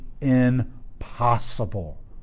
impossible